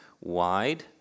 wide